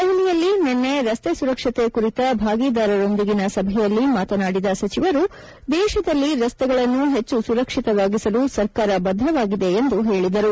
ದೆಹಲಿಯಲ್ಲಿ ನಿನ್ನೆ ರಸ್ತೆ ಸುರಕ್ಷತೆ ಕುರಿತ ಭಾಗಿದಾರರೊಂದಿಗಿನ ಸಭೆಯಲ್ಲಿ ಮಾತನಾಡಿದ ಸಚಿವರು ದೇಶದಲ್ಲಿ ರಸ್ತೆಗಳನ್ನು ಹೆಚ್ಚು ಸುರಕ್ಷಿತವಾಗಿಸಲು ಸರ್ಕಾರ ಬದ್ದವಾಗಿದೆ ಎಂದು ಹೇಳಿದರು